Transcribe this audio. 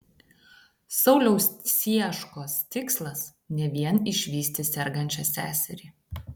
sauliaus cieškos tikslas ne vien išvysti sergančią seserį